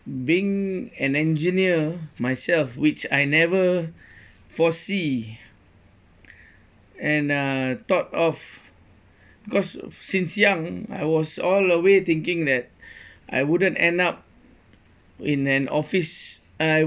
being an engineer myself which I never foresee and uh thought of because since young I was all away thinking that I wouldn't end up in an office and I